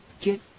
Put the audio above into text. get